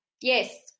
Yes